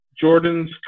Jordan's